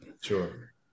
Sure